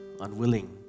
unwilling